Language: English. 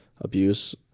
abuse